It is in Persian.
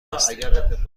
است